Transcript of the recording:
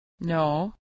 No